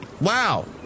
Wow